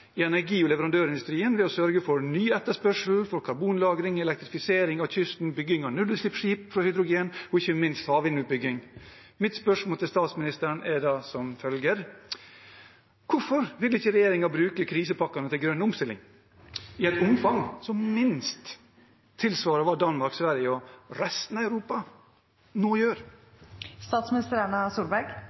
i energi- og leverandørindustrien ved å sørge for ny etterspørsel etter karbonlagring, elektrifisering av kysten, bygging av nullutslippsskip for hydrogen og ikke minst havvindutbygging. Mitt spørsmål til statsministeren blir da som følger: Hvorfor vil ikke regjeringen bruke krisepakkene til grønn omstilling, i et omfang som minst tilsvarer hva Danmark, Sverige og resten av Europa nå